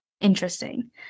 interesting